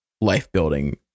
life-building